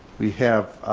we have